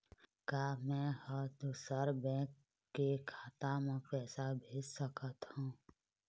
का मैं ह दूसर बैंक के खाता म पैसा भेज सकथों?